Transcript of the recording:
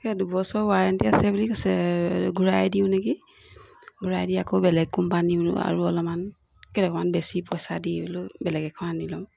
এই দুবছৰ ৱাৰেণ্টি আছে বুলি কৈছে ঘূৰাইয়ে দিওঁ নেকি ঘূৰাই দি আকৌ বেলেগ কোম্পানী আৰু অলপমান কেটকামান বেছি পইচা দি হ'লেও বেলেগ এখন আনি ল'ম